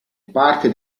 parte